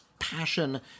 Passion